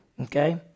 okay